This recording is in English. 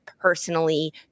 personally